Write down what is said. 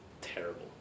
terrible